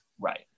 Right